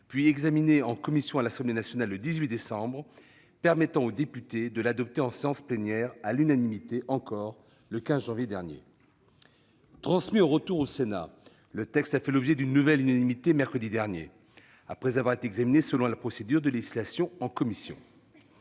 puis examinée en commission à l'Assemblée nationale le 18 décembre, si bien que les députés ont pu l'adopter en séance plénière, à l'unanimité également, le 15 janvier dernier. Transmis au Sénat, le texte a fait l'objet d'une nouvelle unanimité mercredi dernier, après avoir été examiné selon la procédure de législation en commission.